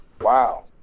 wow